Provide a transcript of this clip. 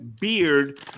Beard